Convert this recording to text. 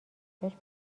داشت